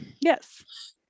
Yes